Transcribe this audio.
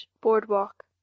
boardwalk